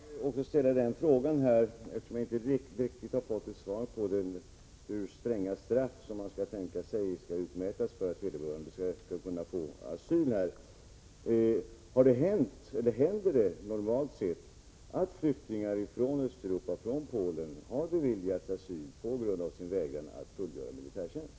Herr talman! Får jag också ställa denna fråga, eftersom jag inte riktigt har fått något svar: Hur stränga straff skall utmätas för att vederbörande skall kunna få asyl här? Händer det normalt sett att flyktingar från Östeuropa, t.ex. Polen, har beviljats asyl på grund av sin vägran att fullgöra militärtjänst?